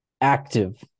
active